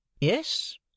Yes